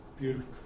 beautiful